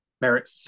merit